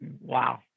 Wow